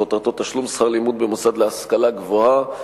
שכותרתו "תשלום שכר לימוד במוסד להשכלה גבוהה",